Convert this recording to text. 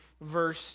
verse